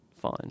fine